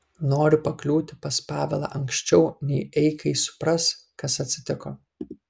noriu pakliūti pas pavelą anksčiau nei eikai supras kas atsitiko